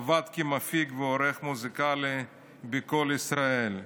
עבד כמפיק ועורך מוזיקלי בקול ישראל.